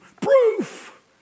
Proof